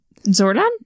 zordon